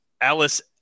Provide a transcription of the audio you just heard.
Alice